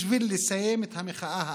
בשביל לסיים את המחאה האמיתית,